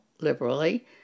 liberally